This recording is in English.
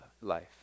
life